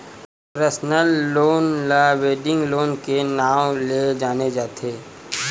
personal loan ल wedding loan के नांव ले जाने जाथे